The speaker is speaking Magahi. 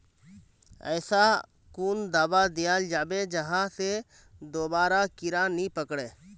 ऐसा कुन दाबा दियाल जाबे जहा से दोबारा कीड़ा नी पकड़े?